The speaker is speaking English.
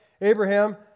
Abraham